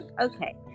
Okay